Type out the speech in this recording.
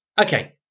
okay